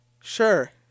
Sure